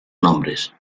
nombres